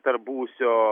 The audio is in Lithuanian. tarp buvusio